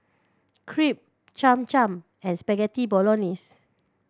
Crepe Cham Cham and Spaghetti Bolognese